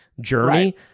journey